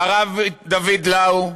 הרב דוד לאו,